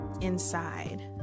inside